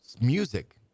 Music